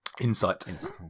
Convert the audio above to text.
insight